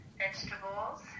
vegetables